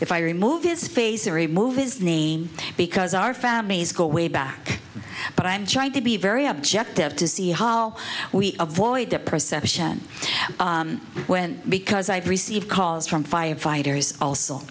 if i remove his face or remove his name because our families go way back but i'm trying to be very objective to see how we avoid that perception went because i've received calls from firefighters al